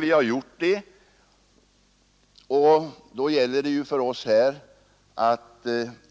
Vi har gjort det, men det gäller då för oss att